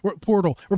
Portal